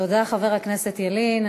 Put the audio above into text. תודה, חבר הכנסת ילין.